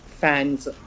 fans